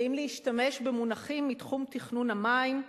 ואם להשתמש במונחים מתחום תכנון המים,